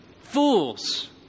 Fools